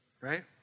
right